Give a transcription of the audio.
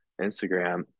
Instagram